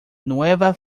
nueva